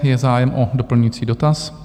Je zájem o doplňující dotaz.